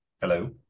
hello